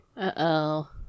Uh-oh